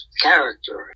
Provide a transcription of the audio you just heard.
character